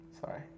Sorry